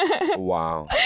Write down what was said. Wow